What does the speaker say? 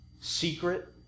secret